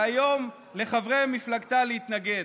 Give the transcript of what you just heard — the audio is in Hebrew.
והיום לחברי מפלגתה, להתנגד?